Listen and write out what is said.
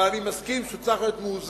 אבל אני מסכים שהוא צריך להיות מאוזן